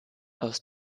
aus